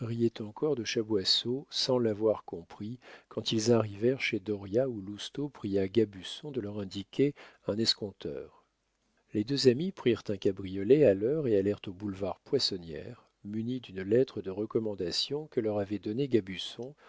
encore de chaboisseau sans l'avoir compris quand ils arrivèrent chez dauriat où lousteau pria gabusson de leur indiquer un escompteur les deux amis prirent un cabriolet à l'heure et allèrent au boulevard poissonnière munis d'une lettre de recommandation que leur avait donnée gabusson